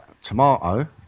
Tomato